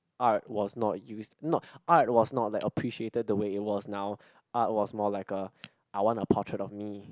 art was not used not art was not like appreciated the way it was now art was more like a I want a potriat of me